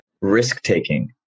risk-taking